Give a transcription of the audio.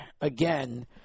again